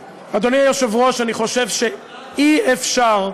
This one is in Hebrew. היושב-ראש, אני חושב שאי-אפשר,